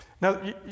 Now